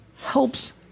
helps